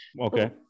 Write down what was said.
Okay